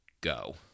go